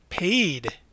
Paid